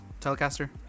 Telecaster